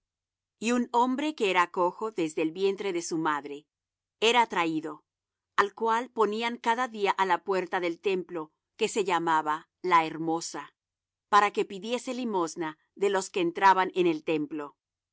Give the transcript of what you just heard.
y un hombre que era cojo desde el vientre de su madre era traído al cual ponían cada día á la puerta del templo que se llama la hermosa para que pidiese limosna de los que entraban en el templo